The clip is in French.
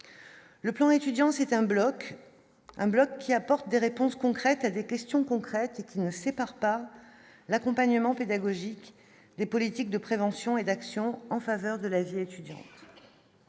le plan étudiant c'est un bloc à bloc qui apporte des réponses concrètes à des questions concrètes qui ne sépare pas l'accompagnement pédagogique, les politiques de prévention et d'action en faveur de l'âge étudiant.